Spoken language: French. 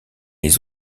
les